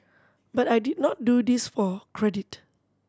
but I did not do this for credit